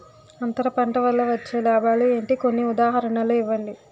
అంతర పంట వల్ల వచ్చే లాభాలు ఏంటి? కొన్ని ఉదాహరణలు ఇవ్వండి?